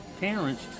parents